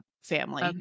Family